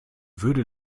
würde